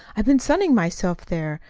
i've been sunning myself there.